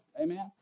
Amen